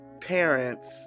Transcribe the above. parents